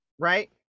Right